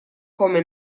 come